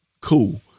Cool